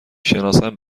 شناسم